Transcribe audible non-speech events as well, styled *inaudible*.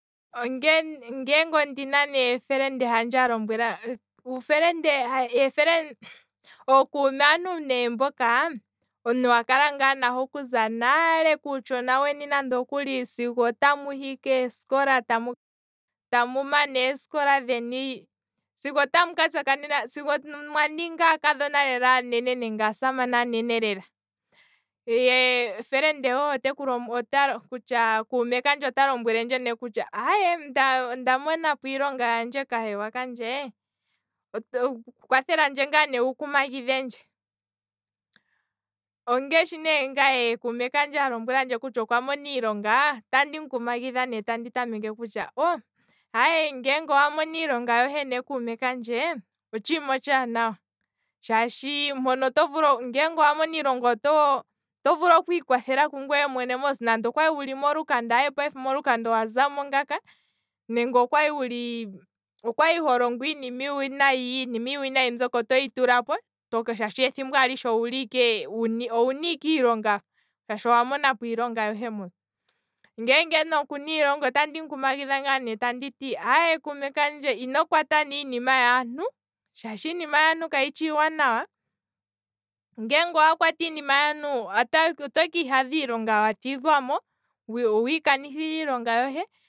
Ngeenge ondina ne felende handje a lombwelandje *hesitation* ookuume aantu ne mboka, omuntu wa kala nahe naale okuza kuutshona wohe sigo tamu hi kesikola ta- tamu katsakanena lela, sigo mwaningi aasamane aanene lela nenge aakadhona aanene, ye felende hohe oteku, kuume kandje ota lombwelendje ne kutya aye, onda monapo iilonga yandje kahewa kandje, kwa thelandje ngaa ne wuku magidhendje, ngaashi ngaye nge kuume kandje okwa mona iilonga, otandi tameke tandi mukumagidha tandi kutya oh ngeenge owa mona iilonga kuume kandje, otshiima otshaanawa, oto vulu okwiikwathela ngwee mwene mos nande okwali wuli molukanda, payife molukanda owazamo ngaaka, nenge okwali holongo iinima iiwinayi, iinima iiwinayi mbyoka otoyi tulapo, shaashi ethimbo alishe owuna ike iilonga, owa monapo iilonga yohe, ngeenge okuna iilonga otandi mukumagidha ne tandi aye kuume kandje ino kwata ne iinima yaantu, shaashi iinima yaantu kayishi iiwanawa, ngeenge owa kwata iinima yaantu oto kaadha miilonga wa tidhwamo, owiika nithila iilonga yohe